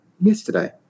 yesterday